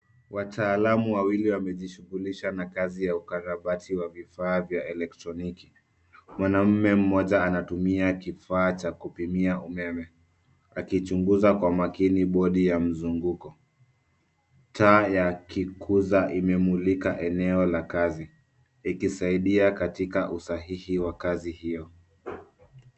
Wataalum wawili wamejishughulikisha na kazi ya ukarabati wa vifaa vya eletroniki. Mwanaume moja anatumia kifaa cha kupimia umeme akichunguza kwa makini kibodi ya mzungoko taa ya kikuza imemulika eneo la kazi ikisaidia katika usahihi wa kazi hio.